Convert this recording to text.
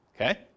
Okay